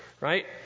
right